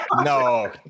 no